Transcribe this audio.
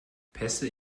pässe